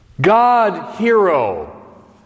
God-hero